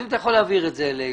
אם אתה יכול להעביר את זה אלינו,